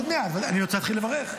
עוד מעט, אבל אני רוצה להתחיל לברך.